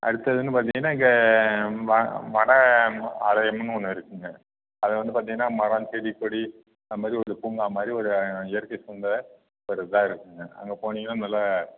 அடுத்ததுன்னு பார்த்திங்கன்னா இங்கே வட ஆலயமுன்னு ஒன்று இருக்குதுங்க அது வந்து பார்த்திங்கன்னா மரம் செடி கொடி அதுமாதிரி ஒரு பூங்கா மாதிரி ஒரு இயற்கை சூழ்ந்த ஒரு இதாக இருக்குதுங்க அங்கே போனிங்கன்னா நல்லா